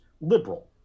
liberal